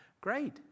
Great